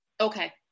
okay